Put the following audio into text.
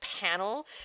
panel